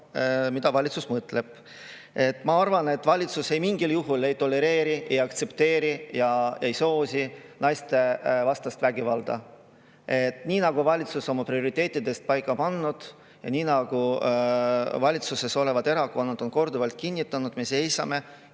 kuidas valitsus mõtleb. Ma arvan, et valitsus mingil juhul ei tolereeri, ei aktsepteeri ega soosi naistevastast vägivalda. Nii nagu on valitsus oma prioriteetides paika pannud ja valitsuses olevad erakonnad korduvalt kinnitanud, me seisame